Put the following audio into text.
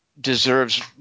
deserves –